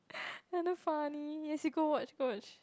ya damn funny yes you go watch go watch